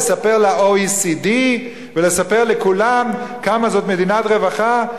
לספר ל-OECD ולספר לכולם כמה זאת מדינת רווחה?